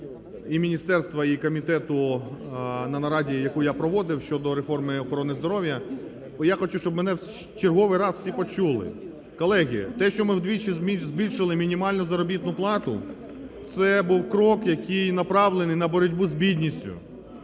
і міністерства, і комітету на нараді, яку я проводив реформи охорони здоров'я. Я хочу, щоб мене в черговий раз всі почули. Колеги, те, що ми вдвічі збільшили мінімальну заробітну плату, це був крок, який направлений на боротьбу з бідністю.